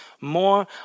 more